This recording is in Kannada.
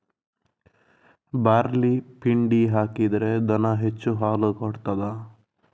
ಬಾರ್ಲಿ ಪಿಂಡಿ ಹಾಕಿದ್ರೆ ದನ ಹೆಚ್ಚು ಹಾಲು ಕೊಡ್ತಾದ?